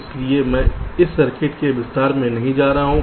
इसलिए मैं इस सर्किट के विस्तार में नहीं जा रहा हूं